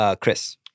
Chris